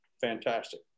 fantastic